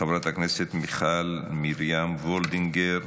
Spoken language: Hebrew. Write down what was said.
חברת הכנסת מיכל מרים וולדיגר.